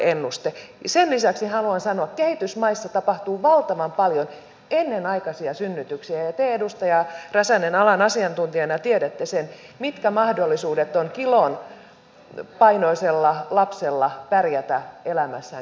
sen lisäksi haluan sanoa että kehitysmaissa tapahtuu valtavan paljon ennenaikaisia synnytyksiä ja te edustaja räsänen alan asiantuntijana tiedätte sen mitkä mahdollisuudet on kilon painoisella lapsella pärjätä elämässään kehitysmaassa